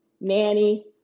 nanny